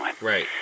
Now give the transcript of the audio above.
Right